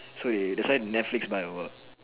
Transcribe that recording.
so they thats why netflix buy over